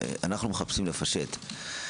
אנו מחפשים לפשט.